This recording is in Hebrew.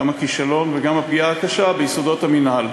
גם הכישלון וגם הפגיעה הקשה ביסודות המינהל,